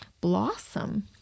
blossom